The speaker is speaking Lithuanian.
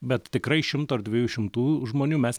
bet tikrai šimto ar dviejų šimtų žmonių mes